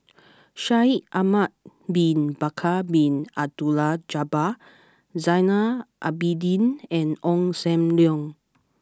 Shaikh Ahmad Bin Bakar Bin Abdullah Jabbar Zainal Abidin and Ong Sam Leong